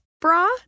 bra